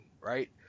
right